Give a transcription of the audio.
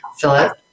Philip